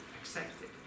accepted